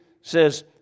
says